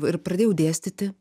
ir pradėjau dėstyti